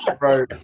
right